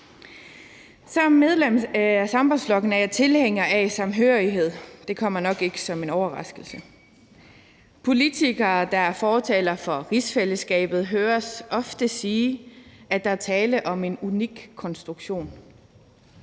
Som medlem af Sambandsflokkurin er jeg tilhænger af samhørighed, og det kommer nok ikke som en overraskelse. Politikere, der er fortalere for rigsfællesskabet, høres ofte sige, at der er tale om en unik konstruktion.